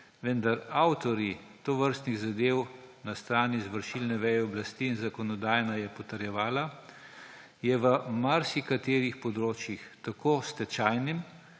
vendar avtorji tovrstnih zadev na strani izvršilne veje oblasti, in zakonodajna je potrjevala, na marsikaterih področjih, tako stečajnem,